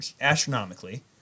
astronomically